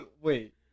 Wait